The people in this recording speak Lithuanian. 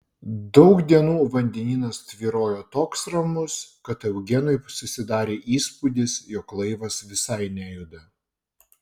daug dienų vandenynas tvyrojo toks ramus kad eugenui susidarė įspūdis jog laivas visai nejuda